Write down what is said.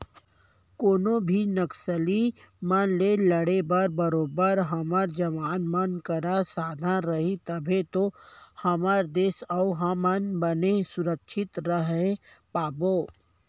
कोनो भी नक्सली मन ले लड़े बर बरोबर हमर जवान मन करा साधन रही तभे तो हमर देस अउ हमन बने सुरक्छित रहें पाबो